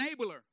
enabler